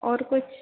और कुछ